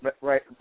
right